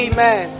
Amen